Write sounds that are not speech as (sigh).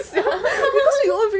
(laughs)